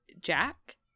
Jack